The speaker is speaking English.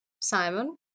Simon